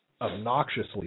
Obnoxiously